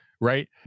Right